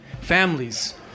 families